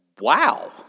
wow